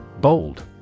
Bold